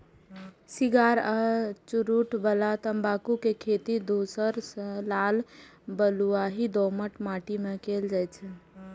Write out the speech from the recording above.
cigar आ चुरूट बला तंबाकू के खेती धूसर सं लाल बलुआही दोमट माटि मे कैल जाइ छै